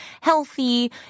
healthy